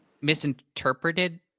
misinterpreted